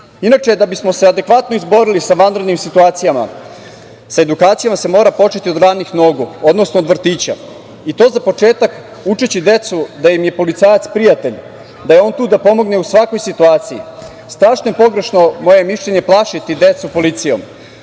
da bismo se adekvatno izborili sa vanrednim situacijama sa edukacijama se mora početi od ranih nogu, odnosno od vrtića, i to za početak učeći decu da im je policajac prijatelj, da je on tu da pomogne u svakoj situaciji. Strašno je pogrešno, moje je mišljenje, plašiti decu policijom. Shodno